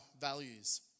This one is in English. values